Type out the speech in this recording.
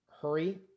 hurry